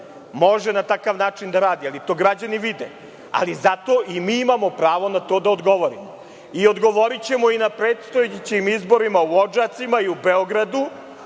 može na takav način da radi i to građani vide, ali zato i mi imamo pravo na to da odgovorimo. Odgovorićemo na predstojećim izborima u Odžacima i u Beogradu,